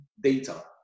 data